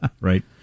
Right